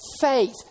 faith